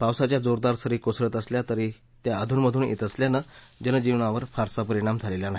पावसाच्या जोरदार सरी कोसळत असल्या तरी त्या अधूनमधून येत असल्यानं जनजीवनावर फारसा परिणाम झालेला नाही